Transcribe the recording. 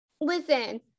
listen